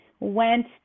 went